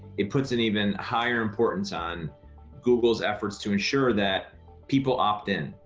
it puts an even higher importance on google's efforts to ensure that people opt in.